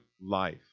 life